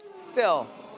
still,